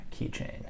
keychain